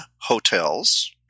hotels